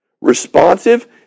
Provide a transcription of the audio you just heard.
Responsive